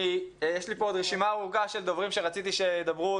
יש לי עוד רשימה ארוכה של דוברים ודוברות שרציתי שידברו,